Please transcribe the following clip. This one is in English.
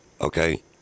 Okay